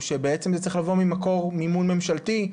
שבעצם זה צריך לבוא ממקור מימון ממשלתי,